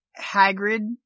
Hagrid